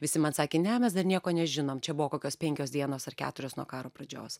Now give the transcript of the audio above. visi man sakė ne mes dar nieko nežinom čia buvo kokios penkios dienos ar keturios nuo karo pradžios